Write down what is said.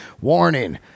warning